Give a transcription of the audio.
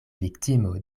viktimo